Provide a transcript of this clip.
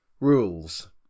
Rules